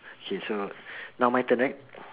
K so now my turn right